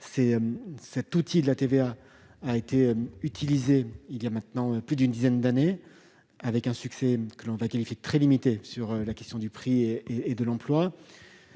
Cet outil de la TVA a été utilisé il y a maintenant plus d'une dizaine d'années, avec un succès très limité sur laquestion du prix et de l'emploi.